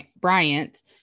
Bryant